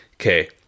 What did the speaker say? okay